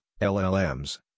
LLMs